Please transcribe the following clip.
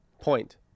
Point